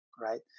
right